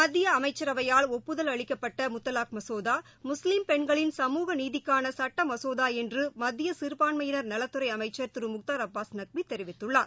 மத்தியஅமைச்சரவையால் ஒப்புதல் அளிக்கப்பட்டமுத்தலாக் மசோதா முஸ்லிம் பெண்களின் சமூக நீதிக்கானசட்டமசோதாஎன்றுமத்தியசிறுபான்மையினர் நலத்துறைஅமைச்சர் திருமுக்தா அபாஸ் நக்விதெரிவித்துள்ளார்